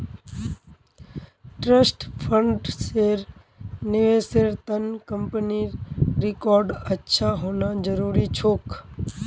trust फंड्सेर निवेशेर त न कंपनीर रिकॉर्ड अच्छा होना जरूरी छोक